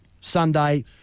Sunday